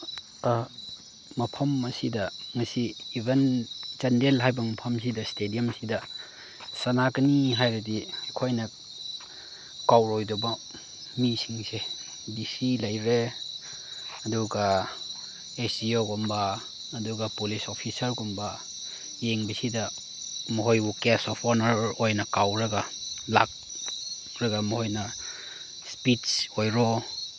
ꯃꯐꯝ ꯑꯁꯤꯗ ꯉꯁꯤ ꯏꯚꯟ ꯆꯥꯟꯗꯦꯜ ꯍꯥꯏꯕ ꯃꯐꯝꯁꯤꯗ ꯏꯁꯇꯦꯗꯤꯌꯝꯁꯤꯗ ꯁꯥꯟꯅꯒꯅꯤ ꯍꯥꯏꯔꯗꯤ ꯑꯩꯈꯣꯏꯅ ꯀꯥꯎꯔꯣꯏꯗꯕ ꯃꯤꯁꯤꯡꯁꯦ ꯗꯤ ꯁꯤ ꯂꯩꯔꯦ ꯑꯗꯨꯒ ꯑꯦꯁ ꯗꯤ ꯑꯣꯒꯨꯝꯕ ꯑꯗꯨꯒ ꯄꯨꯂꯤꯁ ꯑꯣꯐꯤꯁꯥꯔꯒꯨꯝꯕ ꯌꯦꯡꯕꯁꯤꯗ ꯃꯈꯣꯏꯕꯨ ꯒꯦꯁ ꯑꯣꯐ ꯑꯣꯅꯔ ꯑꯣꯏꯅ ꯀꯧꯔꯒ ꯂꯥꯛꯂꯒ ꯃꯣꯏꯅ ꯏꯁꯄꯤꯆ ꯑꯣꯏꯔꯣ